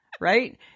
right